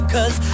Cause